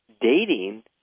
dating